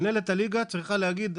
מנהלת הליגה צריכה להגיד,